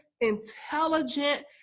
intelligent